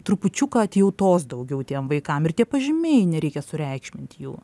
trupučiuką atjautos daugiau tiem vaikams ir tie pažymiai nereikia sureikšminti jų